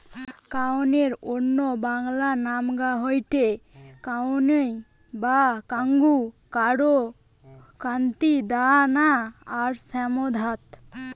কাউনের অন্য বাংলা নামগা হয়ঠে কাঙ্গুই বা কাঙ্গু, কোরা, কান্তি, দানা আর শ্যামধাত